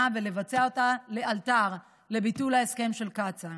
ולבצע אותה לאלתר לביטול ההסכם של קצא"א.